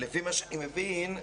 לפי מה שאני מבין,